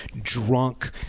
drunk